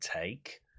take